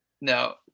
no